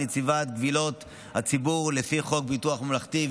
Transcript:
נציבת קבילות הציבור לפי חוק ביטוח בריאות ממלכתי,